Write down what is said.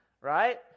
right